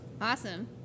awesome